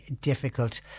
difficult